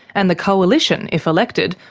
and the coalition, if elected,